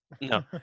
no